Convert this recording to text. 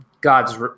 God's